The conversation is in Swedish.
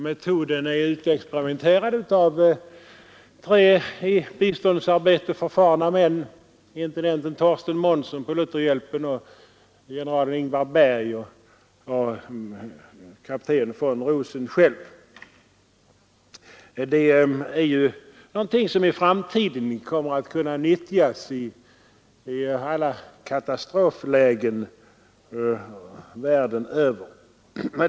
Metoden är utexperimenterad av tre i biståndsarbete förfarna män — intendent Thorsten Månson på Lutherhjälpen, general Ingvar Berg och kapten von Rosen själv — och den kan få den största betydelse i alla liknande katastroflägen världen över.